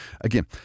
again